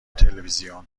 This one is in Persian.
تلویزیون